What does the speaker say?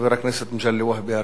חבר הכנסת מגלי והבה הראשון.